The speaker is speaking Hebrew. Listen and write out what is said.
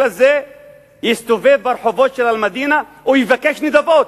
זה יסתובב ברחובות של אל-מדינה ויבקש נדבות?